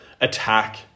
attack